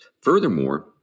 Furthermore